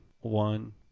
One